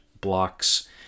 blocks